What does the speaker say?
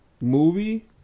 Movie